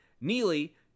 Neely